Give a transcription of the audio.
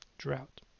drought